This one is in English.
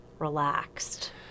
relaxed